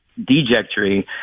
dejectory